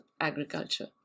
agriculture